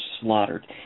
slaughtered